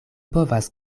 povas